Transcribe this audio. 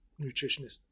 nutritionist